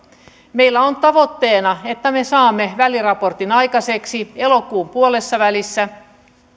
meillä on tavoitteena että me saamme väliraportin aikaiseksi elokuun puolessavälissä